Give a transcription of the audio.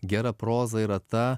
gera proza yra ta